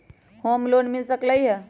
Home loan मिल सकलइ ह?